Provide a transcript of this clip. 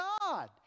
God